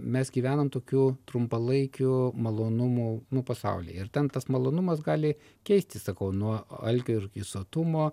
mes gyvename tokių trumpalaikių malonumų nu pasauly ir ten tas malonumas gali keistis sakau nuo alkio ir sotumo